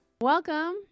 Welcome